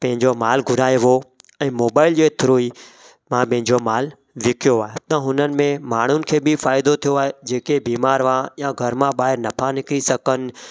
पंहिंजो मालु घुरायो हो ऐं मोबाइल जे थ्रू ई मां मुंहिंजो मालु विकिणियो आहे त हुननि में माण्हुनि खे बि फ़ाइदो थियो आहे जेके बीमारु हुआ या घर मां ॿाहिरि न पिया निकिरी सघनि